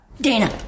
Dana